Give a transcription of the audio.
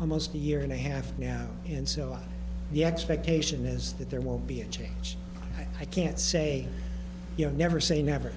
almost a year and a half now and so on the expectation is that there will be a change i can't say you know never say never